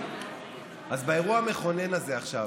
אז באירוע המכונן הזה עכשיו,